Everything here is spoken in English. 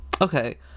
Okay